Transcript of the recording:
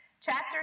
chapter